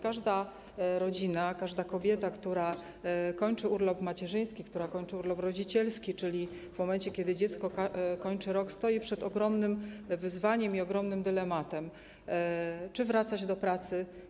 Każda rodzina, każda kobieta, która kończy urlop macierzyński, która kończy urlop rodzicielski, w momencie kiedy dziecko kończy rok, stoi przed ogromnym wyzwaniem i ogromnym dylematem: Czy wracać do pracy?